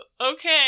Okay